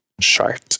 chart